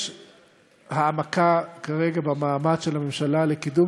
יש העמקה כרגע במאמץ של הממשלה לקידום